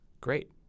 Great